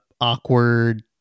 awkward